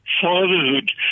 fatherhood